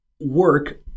work